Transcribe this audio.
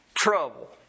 trouble